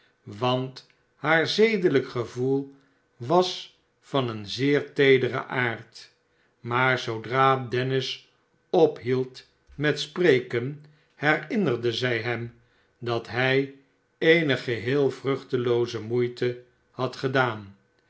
want haar zedelijk gevoel was van een zeer teederen aard maar zoodra dennis ophield met spreken herinnerde zij hem dat hij eene geheel vruchtelooze moeite had gedaan